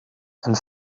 and